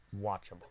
watchable